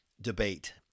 debate